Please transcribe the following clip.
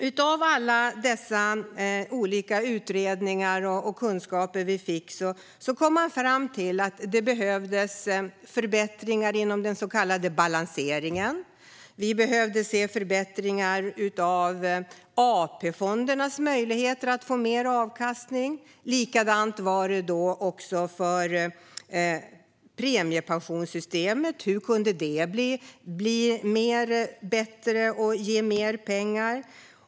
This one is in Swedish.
Utifrån dessa olika utredningar och denna kunskap kom man fram till att det behövdes förbättringar inom den så kallade balanseringen. Vi behövde se förbättringar i fråga om AP-fondernas möjligheter att få mer avkastning. Likadant var det när det gällde premiepensionssystemet. Hur skulle det kunna bli bättre och ge mer pengar?